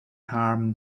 harm